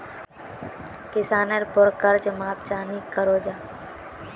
किसानेर पोर कर्ज माप चाँ नी करो जाहा?